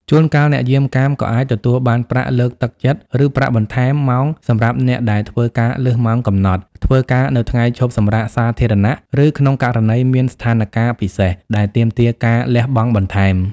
ជួនកាល អ្នកយាមកាមក៏អាចទទួលបានប្រាក់លើកទឹកចិត្ត ឬប្រាក់បន្ថែមម៉ោងសម្រាប់អ្នកដែលធ្វើការលើសម៉ោងកំណត់ ធ្វើការនៅថ្ងៃឈប់សម្រាកសាធារណៈ ឬក្នុងករណីមានស្ថានការណ៍ពិសេសដែលទាមទារការលះបង់បន្ថែម។